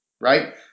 Right